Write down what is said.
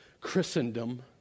Christendom